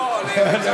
לא, לבצלאל.